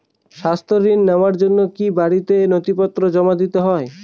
স্বাস্থ্য ঋণ নেওয়ার জন্য কি বাড়ীর নথিপত্র জমা দিতেই হয়?